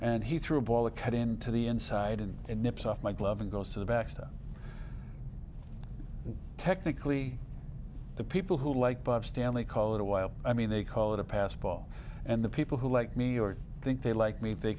and he threw a ball a cut into the inside and it nips off my glove and goes to the back so technically the people who like bob stanley call it a wild i mean they call it a pass ball and the people who like me or think they like me they